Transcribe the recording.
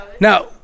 Now